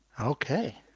Okay